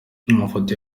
amafoto